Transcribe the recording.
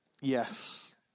yes